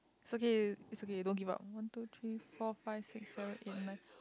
is okay is okay don't give up one two three four five six seven eight nine